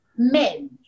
men